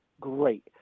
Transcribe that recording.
great